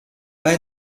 bei